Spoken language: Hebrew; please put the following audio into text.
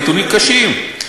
נתונים קשים.